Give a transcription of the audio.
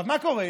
ומה קורה?